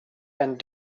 and